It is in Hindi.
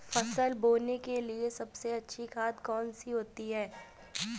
फसल बोने के लिए सबसे अच्छी खाद कौन सी होती है?